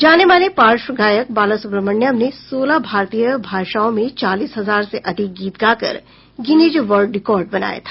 जाने माने पार्श्व गायक बालासुब्रमण्यम ने सोलह भारतीय भाषाओं में चालीस हजार से अधिक गीत गाकर गिनीज वर्ल्ड रिकॉर्ड बनाया था